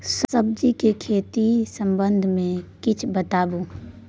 सब्जी के खेती के संबंध मे किछ बताबू?